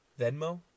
Venmo